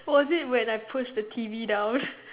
oh is it when I push the T_V down